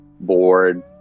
bored